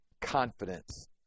confidence